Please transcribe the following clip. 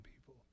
people